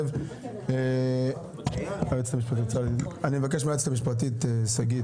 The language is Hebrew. היועצת המשפטית, בבקשה